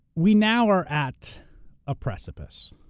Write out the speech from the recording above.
we now are at a precipice.